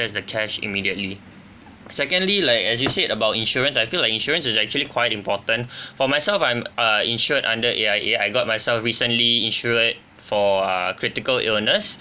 access the cash immediately secondly like as you said about insurance I feel like insurance is actually quite important for myself I'm uh insured under A_I_A I got myself recently insured for a critical illness